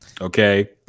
okay